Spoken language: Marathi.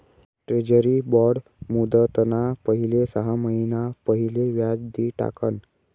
ट्रेजरी बॉड मुदतना पहिले सहा महिना पहिले व्याज दि टाकण